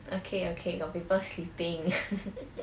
okay okay got people sleeping